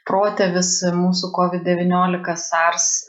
protėvis mūsų kovid devyniolika sars